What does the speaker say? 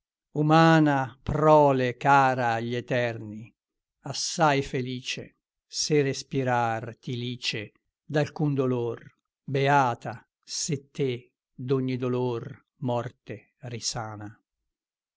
umana prole cara agli eterni assai felice se respirar ti lice d'alcun dolor beata se te d'ogni dolor morte risana